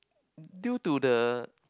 due to the